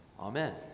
Amen